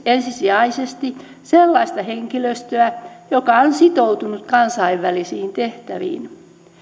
ensisijaisesti sellaista henkilöstöä joka on sitoutunut kansainvälisiin tehtäviin